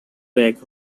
bag